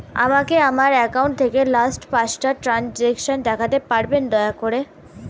আমাকে আমার অ্যাকাউন্ট থেকে লাস্ট পাঁচটা ট্রানজেকশন দেখাতে পারবেন দয়া করে